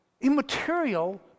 immaterial